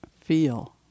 feel